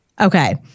Okay